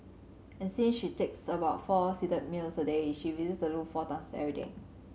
and since she takes about four seated meals a day she visits the loo four times every day